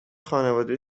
خانواده